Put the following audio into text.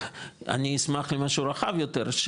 אני אשמח למשהו רחב יותר,